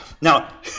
Now